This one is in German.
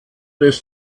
des